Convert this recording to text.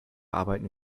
arbeiten